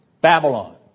Babylon